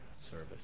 service